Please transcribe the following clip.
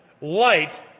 Light